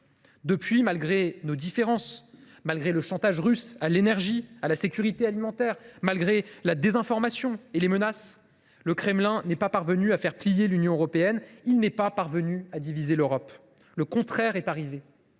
Depuis lors, malgré nos différences, malgré le chantage russe à l’énergie et à la sécurité alimentaire, malgré la désinformation et les menaces, le Kremlin n’est pas parvenu à faire plier l’Union européenne. Il n’est pas parvenu à diviser l’Europe. C’est même